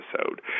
episode